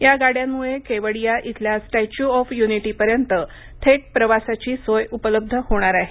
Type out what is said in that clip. या गाड्यांमुळे केवडिया इथल्या स्टेंच्यू ऑफ यूनिटीपर्यंत थेट प्रवासाची सोय उपलब्ध होणार आहे